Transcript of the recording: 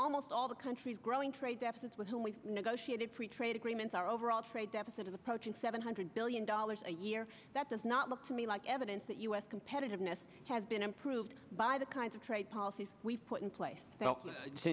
almost all the countries growing trade deficits with whom we've negotiated free trade agreements our overall trade deficit is approaching seven hundred billion dollars a year that does not look to me like evidence that u s competitiveness has been improved by the kinds of trade policies we put in place t